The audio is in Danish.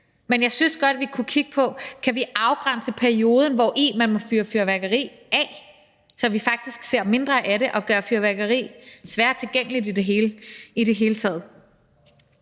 Men jeg synes godt, vi kunne kigge på, om vi kan afgrænse perioden, hvori man må fyre fyrværkeri af, så vi faktisk ser mindre af det og gør fyrværkeri svært tilgængeligt i det hele taget.